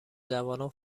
جوانان